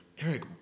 Eric